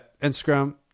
Instagram